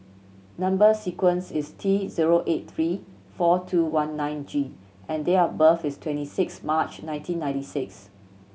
number sequence is T zero eight three four two one nine G and date of birth is twenty six March nineteen ninety six